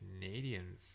canadian